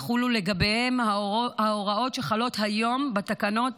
יחולו לגביהם ההוראות שחלות היום בתקנות